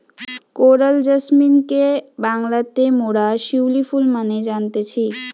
coral জেসমিনকে বাংলাতে মোরা শিউলি ফুল মানে জানতেছি